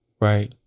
right